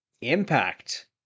Impact